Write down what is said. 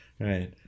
right